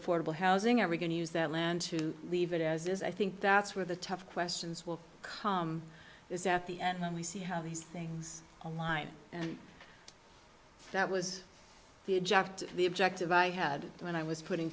affordable housing are we going to use that land to leave it as is i think that's where the tough questions will come is at the end when we see how these things online and that was the objective the objective i had when i was putting